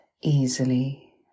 easily